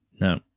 No